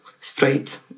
straight